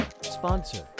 sponsor